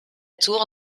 tour